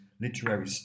literary